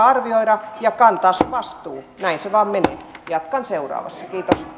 arvioida ja kantaa se vastuu näin se vain menee jatkan seuraavassa